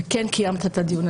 ובכל זאת קיימת את הדיון,